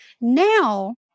Now